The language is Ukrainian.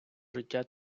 життя